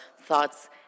thoughts